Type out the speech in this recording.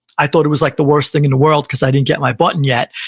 i thought it was like the worst thing in the world, because i didn't get my button yet.